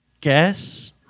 guess